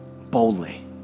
boldly